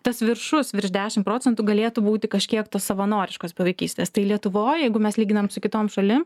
tas viršus virš dešim procentų galėtų būti kažkiek tos savanoriškos bevaikystės tai lietuvoj jeigu mes lyginam su kitom šalim